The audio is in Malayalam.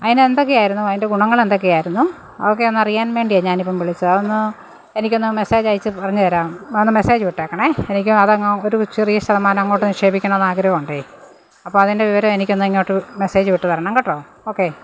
അതിന് എന്തൊക്കെയായിരുന്നു അതിന്റെ ഗുണങ്ങള് എന്തൊക്കെയായിരുന്നു അതൊക്കെ ഒന്ന് അറിയാന്വേണ്ടിയാണ് ഞാന് ഇപ്പം വിളിച്ചത് അതൊന്നു എനിക്ക് മെസ്സേജയച്ച് പറഞ്ഞുതരാം ഒന്ന് മെസ്സേജ് വിട്ടേക്കണേ എനിക്കതങ്ങാ ചെറിയ ശതമാനം അങ്ങോട്ട് നിക്ഷേപിക്കണമെന്ന് ആഗ്രഹമുണ്ട് അപ്പോള് അതിന്റെ വിവരം എനിക്കൊന്നിങ്ങോട്ട് മെസ്സേജ് വിട്ട് തരണം കേട്ടോ ഓക്കേ